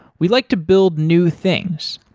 we like to build new things,